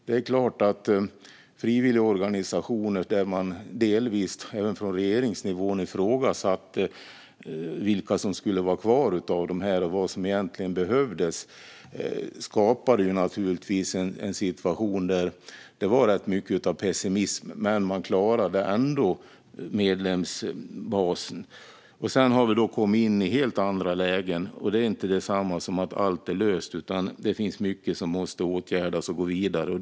När man delvis ifrågasatte - även från regeringsnivån - vilka frivilligorganisationer som skulle vara kvar och vad som egentligen behövdes skapade det naturligtvis en situation med mycket pessimism, men man klarade ändå medlemsbasen. Sedan har vi kommit in i ett helt annat läge, även om det inte är samma sak som att allting har löst sig. Det finns mycket som behöver åtgärdas och som man måste gå vidare med.